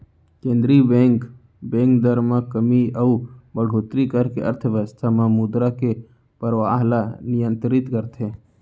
केंद्रीय bank, bank दर म कमी अउ बड़होत्तरी करके अर्थबेवस्था म मुद्रा के परवाह ल नियंतरित करथे